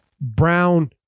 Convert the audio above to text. brown